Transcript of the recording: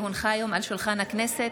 כי הונחה היום על שולחן הכנסת,